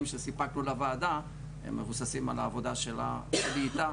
שסיפקנו לוועדה הם מבוססים על העבודה שלה בעיקר,